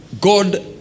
God